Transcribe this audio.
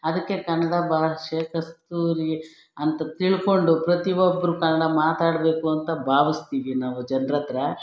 ಅದಕ್ಕೆ ಕನ್ನಡ ಭಾಷೆ ಕಸ್ತೂರಿ ಅಂತ ತಿಳ್ಕೊಂಡು ಪ್ರತಿ ಒಬ್ಬರೂ ಕನ್ನಡ ಮಾತಾಡಬೇಕು ಅಂತ ಭಾವಿಸ್ತೀವಿ ನಾವು ಜನ್ರತ್ರ